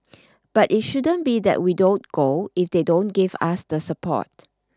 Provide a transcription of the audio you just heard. but it shouldn't be that we don't go if they don't give us the support